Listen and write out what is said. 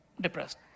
depressed